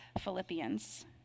Philippians